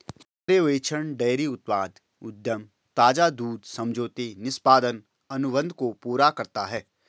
पर्यवेक्षण डेयरी उत्पाद उद्यम ताजा दूध समझौते निष्पादन अनुबंध को पूरा करता है